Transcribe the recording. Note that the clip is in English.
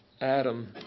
Adam